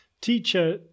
teacher